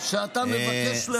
שאתה מבקש להעניק,